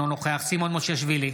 אינו נוכח סימון מושיאשוילי,